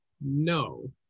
no